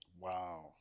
Wow